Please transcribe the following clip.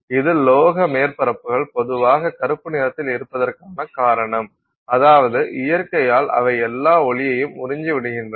இது உலோக மேற்பரப்புகள் பொதுவாக கறுப்பு நிறத்தில் இருப்பதற்கான காரணம் அதாவது இயற்கையால் அவை எல்லா ஒளியையும் உறிஞ்சிவிடுகின்றன